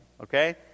Okay